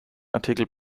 artikel